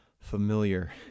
familiar